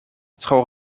tro